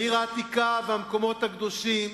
העיר העתיקה והמקומות הקדושים,